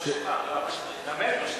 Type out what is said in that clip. ועדת חוקה.